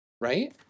Right